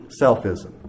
Selfism